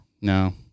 No